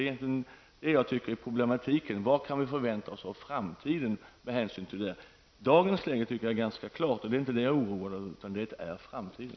Jag anser att problemet ligger i vad vi kan förvänta oss av framtiden med hänsyn till detta. Dagens läge är ganska klart, så det oroar jag mig inte för, utan jag är orolig för framtiden.